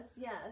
yes